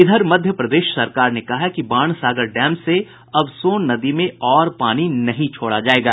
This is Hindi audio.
इधर मध्य प्रदेश सरकार ने कहा है कि बाणसागर डैम से अब सोन नदी में और पानी नहीं छोड़ा जायेगा